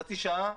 חצי שעה,